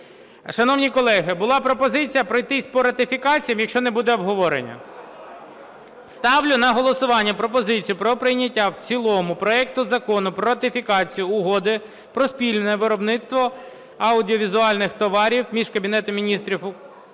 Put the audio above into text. Шановні колеги, була пропозиція пройтися по ратифікаціям, якщо не буде обговорення. Ставлю на голосування пропозицію про прийняття в цілому проекту Закону про ратифікацію Угоди про спільне виробництво аудіовізуальних творів між Кабінетом Міністрів України